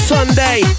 Sunday